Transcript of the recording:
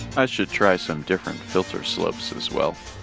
i should try some different filter slopes as well